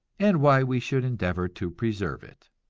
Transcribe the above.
and why we should endeavor to preserve it.